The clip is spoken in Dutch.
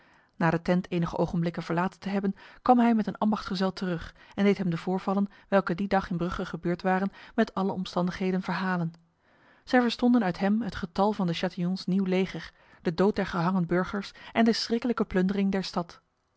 na de tent enige ogenblikken verlaten te hebben kwam hij met een ambachtsgezel terug en deed hem de voorvallen welke die dag in brugge gebeurd waren met alle omstandigheden verhalen zij verstonden uit hem het getal van de chatillons nieuw leger de dood der gehangen burgers en de schriklijke plundering der stad